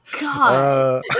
God